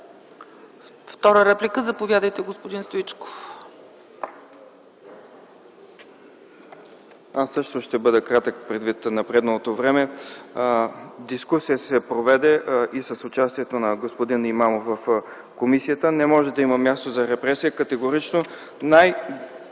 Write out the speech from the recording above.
Втора реплика, заповядайте, господин Стоичков. ДОКЛАДЧИК ОГНЯН СТОИЧКОВ: Аз също ще бъда кратък, предвид напредналото време. Дискусия се проведе и с участието на господин Имамов в комисията. Не може да има място за репресия. Категорично